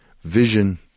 vision